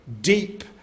deep